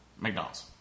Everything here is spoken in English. McDonald's